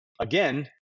again